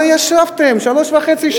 הרי ישבתם שלוש שנים וחצי,